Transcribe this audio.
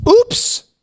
Oops